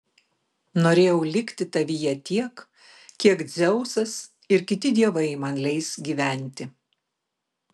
norėjau likti tavyje tiek kiek dzeusas ir kiti dievai man leis gyventi